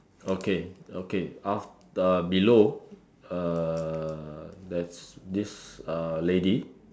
okay okay af~ uh below err there's this err lady